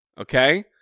okay